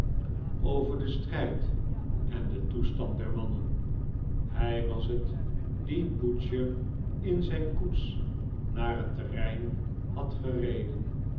over den strijd en den toestand der mannen hij was het die butcher in zijn koets naar het terrein had gereden